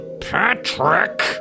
Patrick